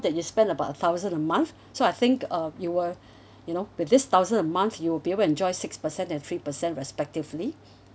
that you spend about a thousand a month so I think um you will you know with this thousand a month you'll be able to enjoy six percent and three percent respectively